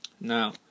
now